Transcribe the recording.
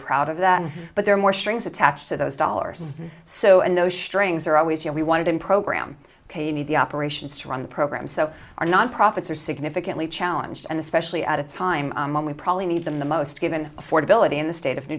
proud of that but there are more strings attached to those dollars so and those strings are always your we wanted in program ok you need the operations to run the program so our nonprofits are significantly challenge and especially at a time when we probably need them the most given affordability in the state of new